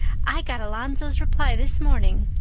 i got alonzo's reply this morning.